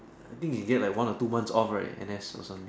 I think they get like one or two months off right N_S or something